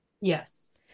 Yes